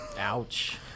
Ouch